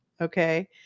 Okay